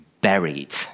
buried